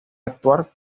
actuar